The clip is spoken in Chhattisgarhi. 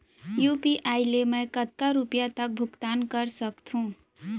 यू.पी.आई ले मैं कतका रुपिया तक भुगतान कर सकथों